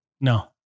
No